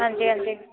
ਹਾਂਜੀ ਹਾਂਜੀ